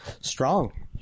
strong